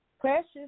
Precious